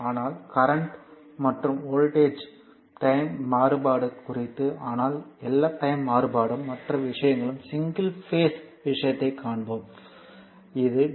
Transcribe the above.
ஆனால் கரண்ட் மற்றும் வோல்டேஜின் டைம் மாறுபாடு குறித்து ஆனால் எல்லா டைம் மாறுபாடும் மற்ற விஷயங்கள் சிங்கிள் பேஸ் விஷயத்தைக் காண்போம் இது D